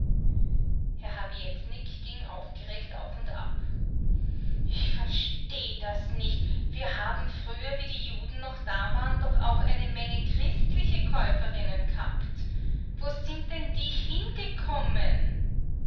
herr habietnik ging aufgeregt auf und ab ich versteh das nicht wir haben früher wie die juden noch da waren doch auch eine menge christliche käuferinnen gehabt wo sind denn die hingekommen